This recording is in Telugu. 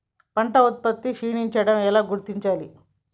పంట ఉత్పత్తి క్షీణించడం ఎలా గుర్తించాలి?